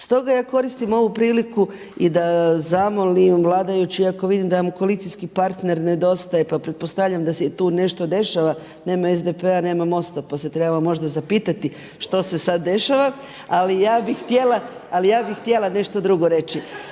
Stoga ja koristim ovu priliku i da zamolim vladajuće iako vidim da im koalicijski partner nedostaje pa pretpostavljam da se i tu nešto dešava, nema SDP-a, nema MOST-a pa se trebamo možda zapitati što se sada dešava ali ja bih htjela, ali ja bih